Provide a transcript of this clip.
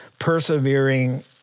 persevering